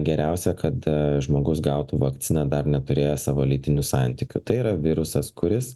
geriausia kad žmogus gautų vakcina dar neturėjęs savo lytinių santykių tai yra virusas kuris